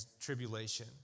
tribulation